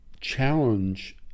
challenge